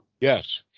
Yes